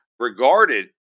Regarded